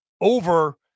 over